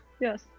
yes